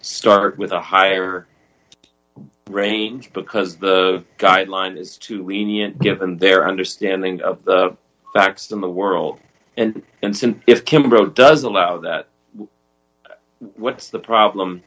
start with a higher range because the guideline is too lenient given their understanding of the facts in the world and and since if kimbo does allow that what's the problem